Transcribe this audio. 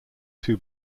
two